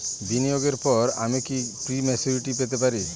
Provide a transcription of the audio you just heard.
বিনিয়োগের পর আমি কি প্রিম্যচুরিটি পেতে পারি?